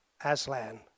Aslan